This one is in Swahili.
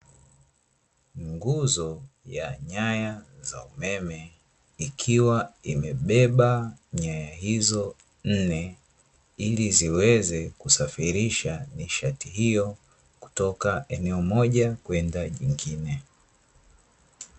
Nguzo ya nyaya za umeme ikiwa imebeba nyaya hizo nne, ili ziweze kusafirisha nishati hiyo kutoka eneo moja kwenda lingine.